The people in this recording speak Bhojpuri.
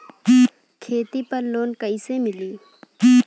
खेती पर लोन कईसे मिली?